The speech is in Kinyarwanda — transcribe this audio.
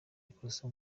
ikosa